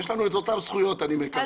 יש לנו את אותן זכויות, אני מקווה.